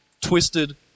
twisted